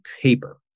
paper